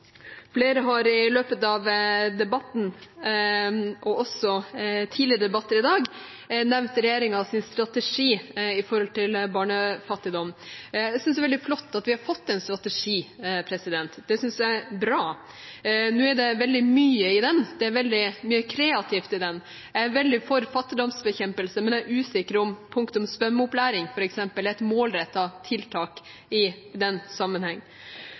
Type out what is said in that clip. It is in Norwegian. Flere har i løpet av debatten, og også i tidligere debatter i dag, nevnt regjeringens strategi i forhold til barnefattigdom. Jeg syns det er veldig flott at vi har fått en strategi. Det syns jeg er bra. Nå er det veldig mye i den, det er mye kreativt i den. Jeg er veldig for fattigdomsbekjempelse, men jeg er usikker på om f.eks. punktet om svømmeopplæring er et målrettet tiltak i den sammenheng.